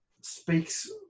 speaks